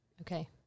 Okay